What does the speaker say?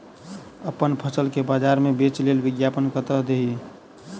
अप्पन फसल केँ बजार मे बेच लेल विज्ञापन कतह दी?